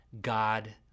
God